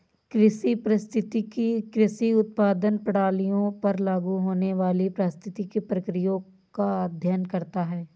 कृषि पारिस्थितिकी कृषि उत्पादन प्रणालियों पर लागू होने वाली पारिस्थितिक प्रक्रियाओं का अध्ययन करता है